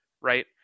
right